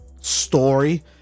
story